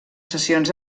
sessions